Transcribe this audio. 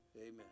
Amen